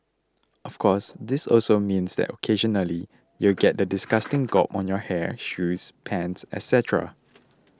of course this also means that occasionally you'll get that disgusting gob on your hair shoes pants etcetera